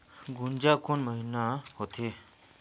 गुनजा कोन महीना होथे?